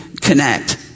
connect